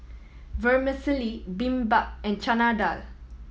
Vermicelli Bibimbap and Chana Dal